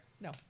No